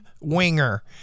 Winger